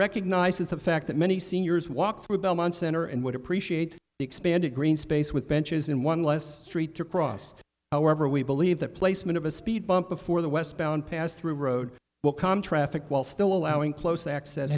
recognizes the fact that many seniors walk through belmont center and would appreciate the expanded green space with benches in one less street to cross however we believe the placement of a speed bump before the westbound pass through road will come traffic while still allowing close acce